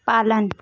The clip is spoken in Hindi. पालन